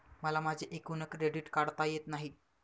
मला माझे एकूण क्रेडिट काढता येत नाही